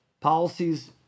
Policies